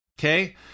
Okay